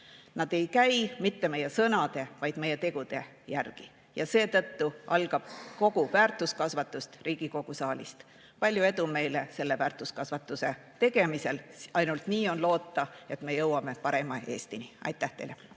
Nad ei käi mitte meie sõnade, vaid meie tegude järgi. Seetõttu algab kogu väärtuskasvatus Riigikogu saalist. Palju edu meile selle väärtuskasvatuse [edendamisel]! Ainult nii on loota, et me jõuame parema Eestini. Aitäh teile!